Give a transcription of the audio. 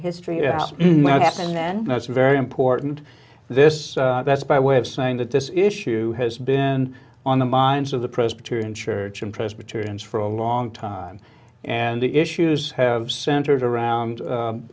history happened then that's very important this that's by way of saying that this issue has been on the minds of the presbyterian church in presbyterians for a long time and the issues have centered around